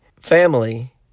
family